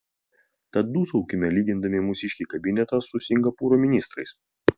tad dūsaukime lygindami mūsiškį kabinetą su singapūro ministrais